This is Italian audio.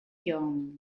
jong